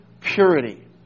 purity